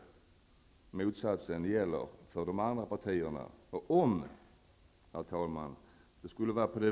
Motsatsen gäller för de andra partierna.